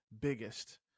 biggest